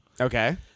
Okay